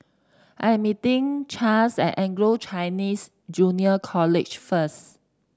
I am meeting Chas at Anglo Chinese Junior College first